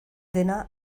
dena